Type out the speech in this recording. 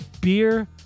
Beer